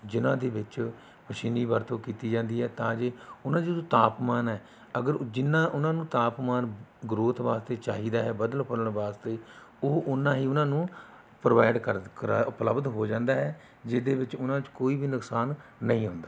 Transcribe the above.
ਜਿਨ੍ਹਾਂ ਦੇ ਵਿੱਚ ਮਸ਼ੀਨੀ ਵਰਤੋਂ ਕੀਤੀ ਜਾਂਦੀ ਹੈ ਤਾਂ ਜੇ ਉਹਨਾ ਦਾ ਜੋ ਤਾਪਮਾਨ ਹੈ ਅਗਰ ਜਿੰਨਾ ਉਹਨਾਂ ਨੂੰ ਤਾਪਮਾਨ ਗਰੋਥ ਵਾਸਤੇ ਚਾਹੀਦਾ ਹੈ ਵਧਣ ਫੁੱਲਣ ਵਾਸਤੇ ਉਹ ਓਨਾਂ ਹੀ ਉਹਨਾ ਨੂੰ ਪ੍ਰੋਵਾਈਡ ਕਰ ਕਰਾ ਉਪਲਬਧ ਹੋ ਜਾਂਦਾ ਹੈ ਜਿਹਦੇ ਵਿੱਚ ਉਹਨਾਂ 'ਚ ਕੋਈ ਵੀ ਨੁਕਸਾਨ ਨਹੀਂ ਹੁੰਦਾ